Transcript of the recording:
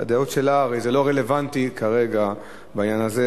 הדעות שלה לא רלוונטיות כרגע בעניין הזה.